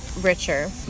richer